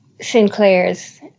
Sinclairs